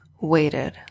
waited